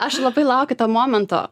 aš labai laukiu to momento